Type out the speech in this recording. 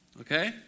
Okay